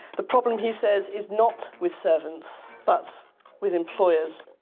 the problem he says, is not with servants but with employers.